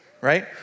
right